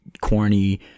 corny